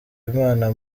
imana